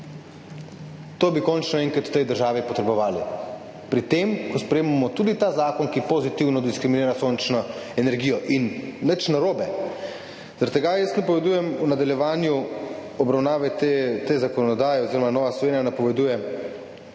To bi končno enkrat v tej državi potrebovali pri tem, ko sprejemamo tudi ta zakon, ki pozitivno diskriminira sončno energijo. Sicer s tem nič ni narobe. Zaradi tega jaz napovedujem v nadaljevanju obravnave te zakonodaje oziroma Nova Slovenija napoveduje,